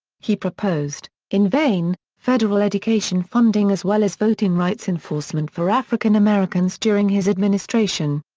he proposed, in vain, federal education funding as well as voting rights enforcement for african americans during his administration.